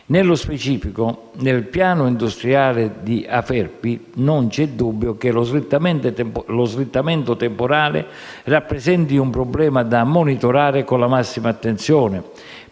Nello specifico del piano industriale di Aferpi, non c'è dubbio che lo slittamento temporale rappresenti un problema da monitorare con la massima attenzione.